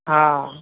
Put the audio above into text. हा